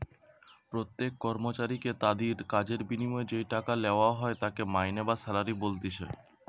প্রত্যেক কর্মচারীকে তাদির কাজের বিনিময়ে যেই টাকা লেওয়া হয় তাকে মাইনে বা স্যালারি বলতিছে